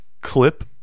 Clip